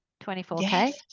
24k